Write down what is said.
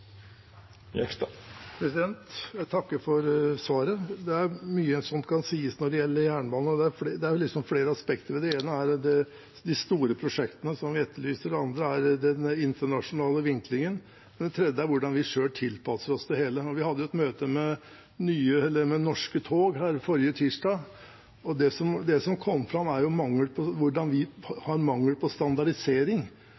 Jeg takker for svaret. Det er mye som kan sies når det gjelder jernbane. Det er flere aspekter ved det. Det ene er de store prosjektene som vi etterlyser. Det andre er den internasjonale vinklingen. Det tredje er hvordan vi selv tilpasser oss det hele. Vi hadde et møte med Norske tog forrige tirsdag. Det som kom fram, var hvordan vi har mangel på standardisering. Det mener jeg også er en tilpasning vi